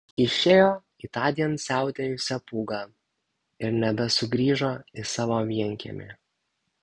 išėjo į tądien siautėjusią pūgą ir nebesugrįžo į savo vienkiemį